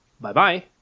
Bye-bye